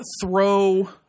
throw